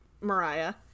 mariah